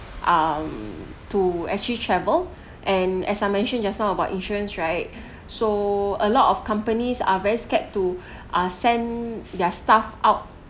um to actually travel and as I mentioned just now about insurance right so a lot of companies are very scared to uh sent their staff out